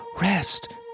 Rest